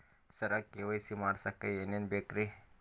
ಸರ KYC ಮಾಡಸಕ್ಕ ಎನೆನ ಬೇಕ್ರಿ?